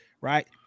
right